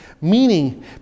Meaning